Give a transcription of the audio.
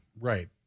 Right